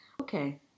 okay